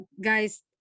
guys